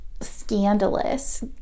scandalous